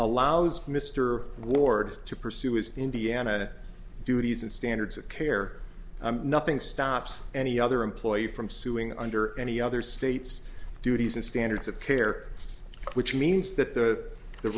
allows mr ward to pursue his indiana duties and standards of care nothing stops any other employee from suing under any other states duties and standards of care which means that the the